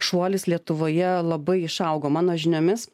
šuolis lietuvoje labai išaugo mano žiniomis